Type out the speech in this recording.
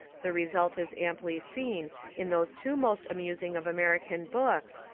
the result is amply seen in those two most amusing of american books,